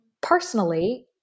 Personally